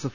F